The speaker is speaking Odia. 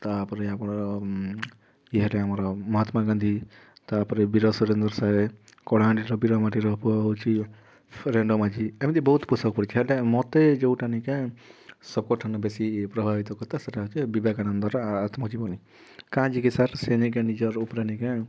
ତା'ପରେ ଆମର ଇ ହେଟା ଆମର ମହାତ୍ମାଗାନ୍ଧୀ ତା'ପରେ ବୀର ସୁରେନ୍ଦ୍ର ସାଏ କଳାହାଣ୍ଡିର ବୀର ମାଟିର ପୁଅ ହେଉଛି ରେଣ୍ଡୋ ମାଝୀ ଏମିତି ବହୁତ୍ ପୁସ୍ତକ ପଢ଼ିଛି ହେଲେ ମୋତେ ଯୋଉଟା ନି'କେଁ ସବକର୍ ଠାନୁ ବେଶୀ ପ୍ରଭାବିତ୍ କରିଥିଲା ସେ'ଟା ହେଉଛେ ବିବେକାନନ୍ଦର ଆତ୍ମଜୀବନୀ କାଁ'ଯେ କେ ସାର୍ ସେ ନିକେ ନିଜର୍ ଉପ୍ରେ ନି'କେଁ